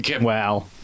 Wow